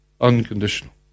unconditional